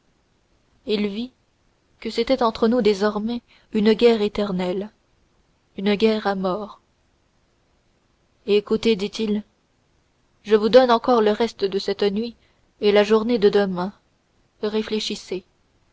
il vit que c'était entre nous désormais une guerre éternelle une guerre à mort écoutez dit-il je vous donne encore le reste de cette nuit et la journée de demain réfléchissez